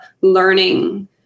learning